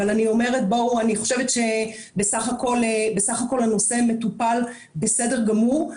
אבל אני חושבת שבסך הכול הנושא מטופל בסדר גמור.